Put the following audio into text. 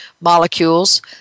molecules